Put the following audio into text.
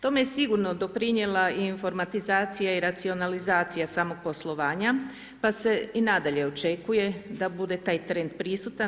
Tome je sigurno doprinijela i informatizacija i racionalizacija samog poslovanja pa se i nadalje očekuje da bude taj trend prisutan.